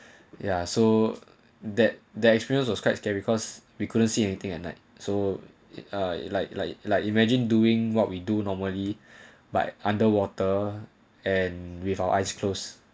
ya so that than experience was quite scared because we couldn't see anything at night so uh like like like imagine doing what we do normally by underwater and with our eyes close